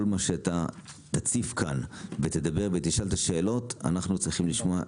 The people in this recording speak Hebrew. מה שאתה תציף כאן ותדבר ותשאל את השאלות אנחנו צריכים לשמוע,